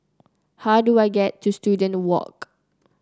how do I get to Student Walk